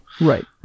Right